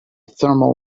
thermal